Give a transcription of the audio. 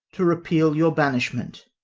to repeal your banishment.